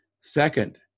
Second